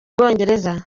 bwongereza